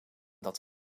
dat